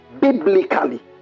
biblically